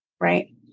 Right